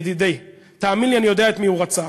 ידידי, תאמין לי, אני יודע את מי הוא רצח: